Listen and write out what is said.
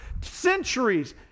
centuries